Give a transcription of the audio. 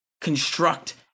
Construct